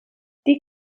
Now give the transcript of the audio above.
die